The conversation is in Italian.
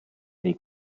dei